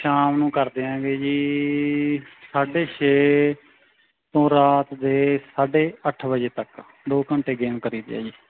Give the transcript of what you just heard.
ਸ਼ਾਮ ਨੂੰ ਕਰਦੇ ਹੈਗੇ ਜੀ ਸਾਢੇ ਛੇ ਤੋਂ ਰਾਤ ਦੇ ਸਾਢੇ ਅੱਠ ਵਜੇ ਤੱਕ ਦੋ ਘੰਟੇ ਗੇਮ ਕਰੀ ਦੀ ਹੈ ਜੀ